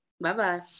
Bye-bye